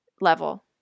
level